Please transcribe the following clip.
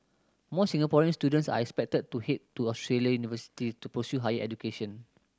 more Singaporean students are expected to head to Australian university to pursue higher education